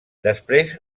després